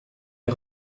est